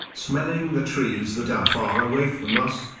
smelling the trees that are far away from us,